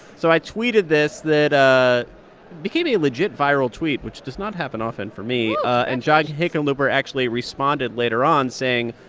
so i tweeted this that ah became a legit viral tweet, which does not happen often for me. and john hickenlooper actually responded later on saying,